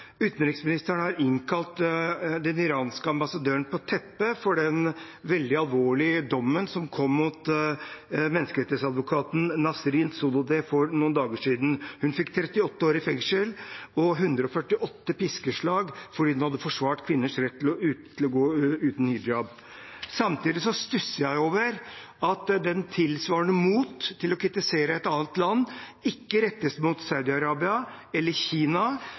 utenriksministeren har innkalt den iranske ambassadøren på teppet for den veldig alvorlige dommen mot menneskerettighetsadvokaten Nasrin Sotoudeh for noen dager siden. Hun fikk 38 år i fengsel og 148 piskeslag fordi hun hadde forsvart kvinners rett til å gå uten hijab. Samtidig stusser jeg over at det tilsvarende mot til å kritisere et annet land ikke rettes mot Saudi-Arabia, mot Kina